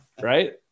Right